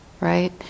Right